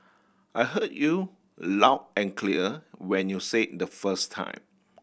I heard you loud and clear when you said in the first time